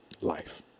Life